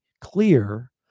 clear